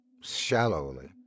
shallowly